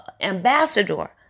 ambassador